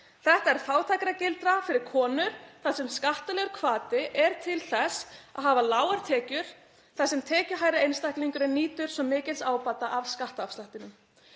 Þetta er fátæktargildra fyrir konur þar sem skattalegur hvati er til þess að hafa lágar tekjur þar sem tekjuhærri einstaklingurinn nýtur svo mikils ábata af skattafslættinum.